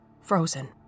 Frozen